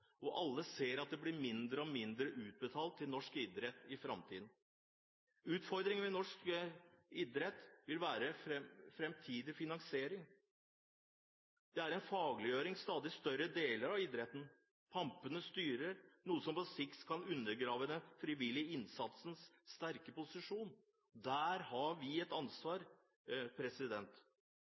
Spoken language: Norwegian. og alle ser at mindre og mindre blir utbetalt til norsk idrett i framtiden. Utfordringen for norsk idrett vil være framtidig finansiering. Det er en fagliggjøring i stadig større deler av idretten – og pampene styrer, noe som på sikt kan undergrave den frivillige innsatsens sterke posisjon. Der har vi et ansvar.